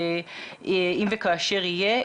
אם וכאשר יהיה.